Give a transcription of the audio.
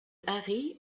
harry